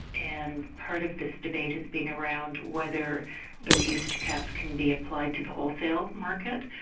and part of this debate has been around whether those usage caps can be applied to the wholesale market.